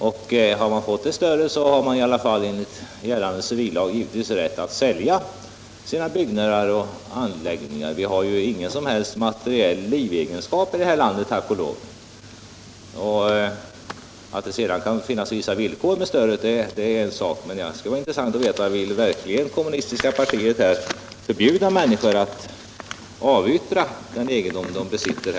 Om man fått det stödet har man enligt gällande civillag givetvis rätt att sälja sina byggnader och anläggningar. Vi har ju ingen som helst materiell livegenskap, tack och lov. Att det sedan kan finnas vissa villkor för stödet är en annan sak. Men det skulle vara intressant att veta: Vill verkligen kommunistiska partiet förbjuda människor att avyttra den egendom de besitter?